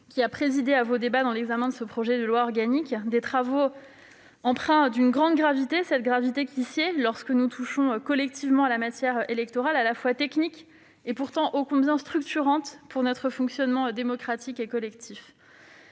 qui a présidé à vos débats lors de l'examen de ce projet de loi organique. Ces travaux ont été empreints d'une grande gravité, cette gravité qui sied lorsque nous touchons collectivement à la matière électorale, à la fois technique et pourtant ô combien structurante pour notre fonctionnement collectif.